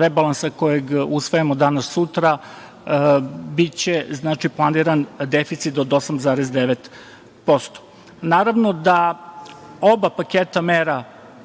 rebalansa kojeg usvajamo danas, sutra biće, znači, planiran deficit od 8,9%.Naravno da oba paketa mera,